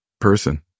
person